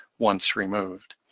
once removed.